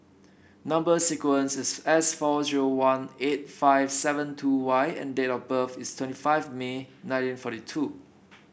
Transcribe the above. number sequence is S four zero one eight five seven two Y and date of birth is twenty five May nineteen forty two